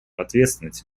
ответственность